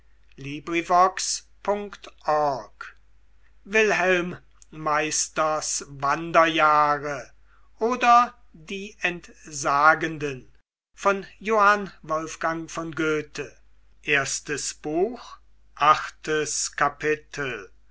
wilhelm meisters wanderjahre oder die entsagenden